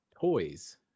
toys